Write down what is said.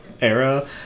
era